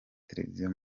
televiziyo